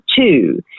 two